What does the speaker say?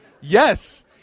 yes